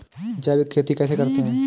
जैविक खेती कैसे करते हैं?